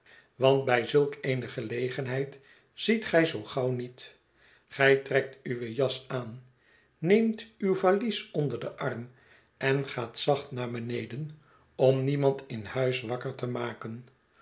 want bij zulk eene gelegenheid ziet gij zoo nauw niet gij trekt uwe jas aan neemt uw valies onder den arm en gaat zacht naar beneden om niemand in huis wakker te maken